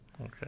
Okay